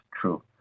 true